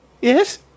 Yes